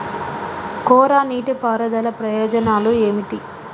కోరా నీటి పారుదల ప్రయోజనాలు ఏమిటి?